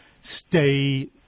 stay